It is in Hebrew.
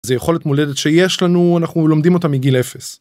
זו יכולת מולדת שיש לנו, אנחנו לומדים אותה מגיל 0.